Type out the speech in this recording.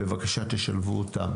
בבקשה תשלבו אותם.